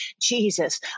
Jesus